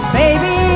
baby